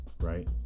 right